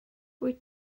wyt